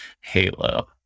halo